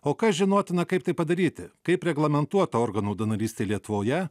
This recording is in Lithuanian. o kas žinotina kaip tai padaryti kaip reglamentuota organų donorystė lietuvoje